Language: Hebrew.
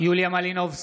יוליה מלינובסקי,